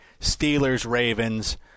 Steelers-Ravens